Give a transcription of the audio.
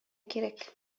кирәк